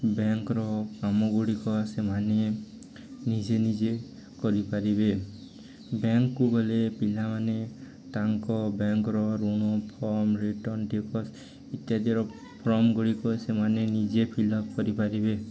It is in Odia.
ବ୍ୟାଙ୍କର କାମଗୁଡ଼ିକ ସେମାନେ ନିଜେ ନିଜେ କରିପାରିବେ ବ୍ୟାଙ୍କକୁ ଗଲେ ପିଲାମାନେ ତାଙ୍କ ବ୍ୟାଙ୍କର ଋଣ ଫର୍ମ ରିଟର୍ଣ୍ଣ ଟିକସ ଇତ୍ୟାଦିର ଫର୍ମଗୁଡ଼ିକ ସେମାନେ ନିଜେ ଫିଲଅପ୍ କରିପାରିବେ